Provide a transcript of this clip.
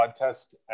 podcast